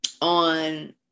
on